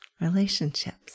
Relationships